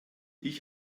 ich